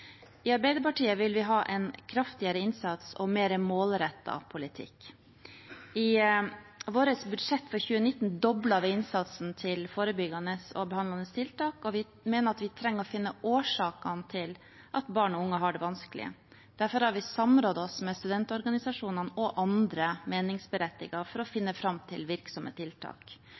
I Arbeiderpartiet vil vi ha en kraftigere innsats og mer målrettet politikk. I vårt budsjett for 2019 doblet vi innsatsen til forebyggende og behandlende tiltak, og vi mener at vi trenger å finne årsakene til at barn og unge har det vanskelig. Derfor har vi samrådd oss med studentorganisasjonene og andre meningsberettigede for å finne fram til virksomme tiltak.